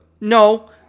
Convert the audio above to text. No